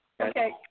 Okay